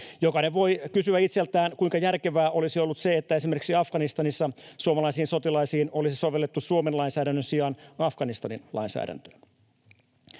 Jokainen voi kysyä itseltään, kuinka järkevää olisi ollut se, että esimerkiksi Afganistanissa suomalaisiin sotilaisiin olisi sovellettu Suomen lainsäädännön sijaan Afganistanin lainsäädäntöä.